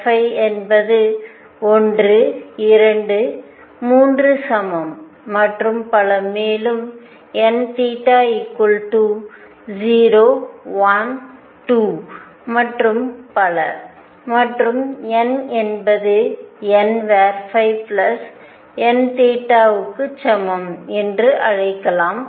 n என்பது1 2 3 சமம் மற்றும் பல மேலும் n 0 1 2 மற்றும் பல மற்றும் n என்பது nn க்கு சமம் என்று அழைக்கலாம்